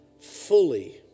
fully